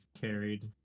carried